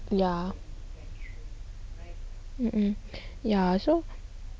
ya uh um ya so